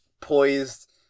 poised